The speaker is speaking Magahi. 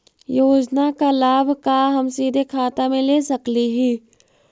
योजना का लाभ का हम सीधे खाता में ले सकली ही?